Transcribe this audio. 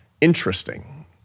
interesting